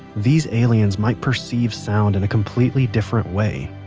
these aliens might perceive sound in a completely different way,